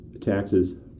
Taxes